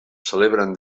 celebren